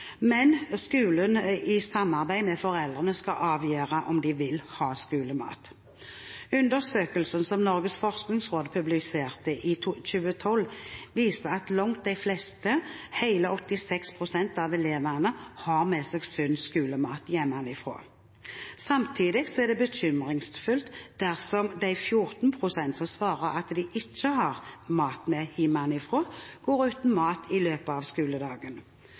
Men skolene skal i samarbeid med foreldrene avgjøre om de vil ha skolemat. Undersøkelsen som Norges forskningsråd publiserte i 2012, viser at langt de fleste, hele 86 pst. av elevene, har med seg sunn skolemat hjemmefra. Samtidig er det bekymringsfullt dersom de 14 pst. som svarer at de ikke har med mat hjemmefra, går uten mat i løpet av skoledagen.